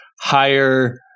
higher